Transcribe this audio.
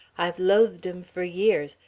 i've loathed em for years,